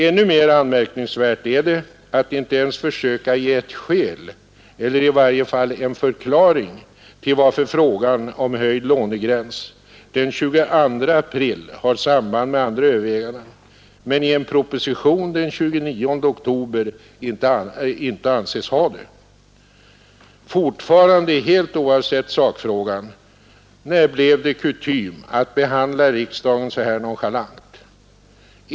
Ännu mer anmärkningsvärt är det att inte ens försöka ge ett skäl — eller i varje fall en förklaring — till varför frågan om höjd lånegräns den 22 april ”har samband med andra överväganden”, men i en proposition den 29 oktober inte anses ha det. Fortfarande helt oavsett sakfrågan: När blev det kutym att behandla riksdagen så här nonchalant?